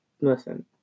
listen